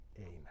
Amen